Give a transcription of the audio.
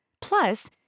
Plus